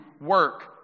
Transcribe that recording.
work